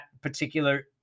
particular